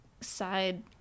side